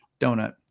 donut